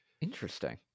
Interesting